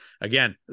Again